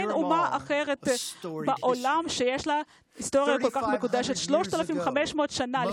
אין אומה אחרת בעולם שיש לה היסטוריה ארוכה ומהוללת כל כך.